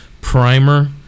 primer